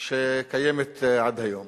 שקיימת עד היום.